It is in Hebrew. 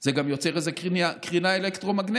זה גם יוצר איזו קרינה אלקטרומגנטית.